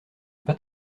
pas